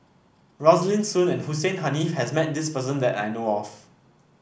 Rosaline Soon and Hussein Haniff has met this person that I know of